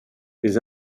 les